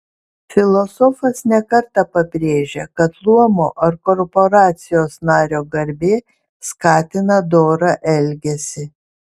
filosofas ne kartą pabrėžia kad luomo ar korporacijos nario garbė skatina dorą elgesį